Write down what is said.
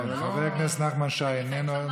חבר הכנסת נחמן שי, איננו.